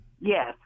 Yes